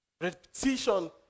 Repetition